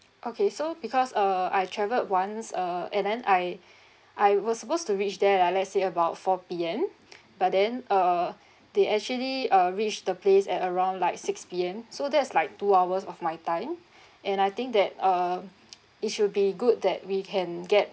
okay so because uh I travelled once uh and then I I was supposed to reach there lah let's say about four P_M but then err they actually uh reach the place at around like six P_M so that's like two hours of my time and I think that uh it should be good that we can get